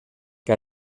que